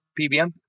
PBM